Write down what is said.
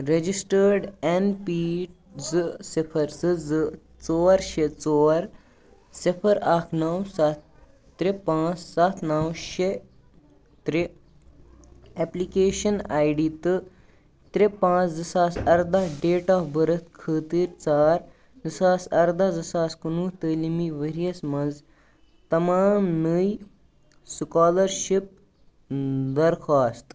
registered اَن پی زٕ صِفر زٕ زٕ ژور شےٚ ژور صِفَر اَکھ نَو سَتھ ترٛےٚ پانٛژھ سَتھ نَو شےٚ ترٛےٚ ایپلِکیشَن آی ڈی تہٕ ترٛےٚ پانٛژھ زٕ ساس اَرداہ ڈیٹ آف بٔرٕتھ خٲطٕر ژار زٕ ساس اَرداہ زٕ ساس کُنوُہ تعلیٖمی ؤرۍیَس منٛز تَمام نٔے سُکالَرشِپ بَرخواست